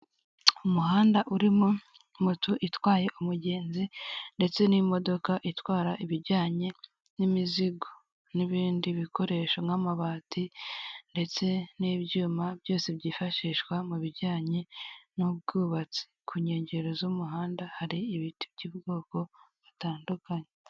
Umuhanda urimo moto itwaye umugenzi ndetse n'imodoka itwara ibijyanye n'imizigo, n'ibindi bikoresho nk'amabati, ndetse n'ibyuma byose byifashishwa mu bijyanye n'ubwubatsi, ku nkengero z'umuhanda hari ibiti by'ubwoko butandukanye.